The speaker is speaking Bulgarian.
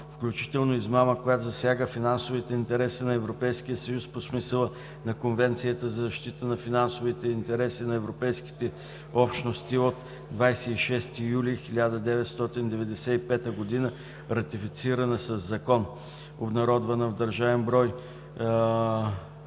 включително измама, която засяга финансовите интереси на Европейския съюз по смисъла на Конвенцията за защита на финансовите интереси на Европейските общности от 26 юли 1995 г., ратифицирана със закон (обн., ДВ, бр.